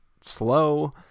slow